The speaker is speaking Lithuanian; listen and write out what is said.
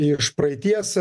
iš praeities